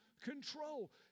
control